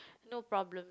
no problem